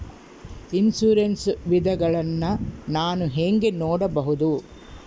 Insurance ವಿಧಗಳನ್ನ ನಾನು ಹೆಂಗ ನೋಡಬಹುದು?